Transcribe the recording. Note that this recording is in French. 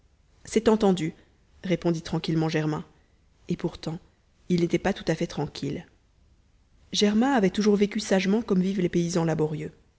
c'est entendu répondit tranquillement germain et pourtant il n'était pas tout à fait tranquille germain avait toujours vécu sagement comme vivent les paysans laborieux